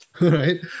right